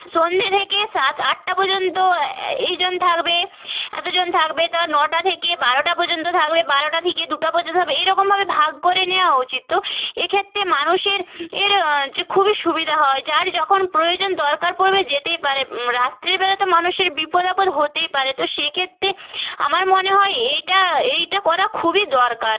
সন্ধে থেকে সাত আটটা পর্যন্ত এই জন থাকবে এতজন থাকবে তো নটা থেকে বারোটা পর্যন্ত থাকবে বারোটা থেকে দুটো পর্যন্ত থাকবে এরকমভাবে ভাগ করে নেওয়া উচিত তো এক্ষেত্রে মানুষের এর হচ্ছে খুবই সুবিদা হয় যার যখন প্রয়োজন দরকার পড়বে যেতেই পারে রাত্রেরবেলাতে মানুষের বিপদ আপদ হতেই পারে তো সেক্ষেত্রে আমার মনে হয় এটা এইটা করা খুবই দরকার